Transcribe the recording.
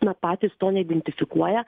na patys to neidentifikuoja